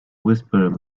whisperer